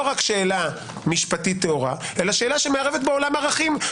רק שאלה משפטית טהורה אלא כזו שמערבת עולם ערכים.